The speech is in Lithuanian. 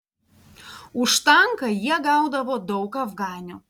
už tanką jie gaudavo daug afganių